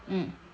mm